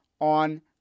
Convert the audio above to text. on